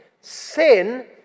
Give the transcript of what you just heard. Sin